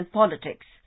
politics